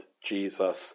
jesus